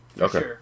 Okay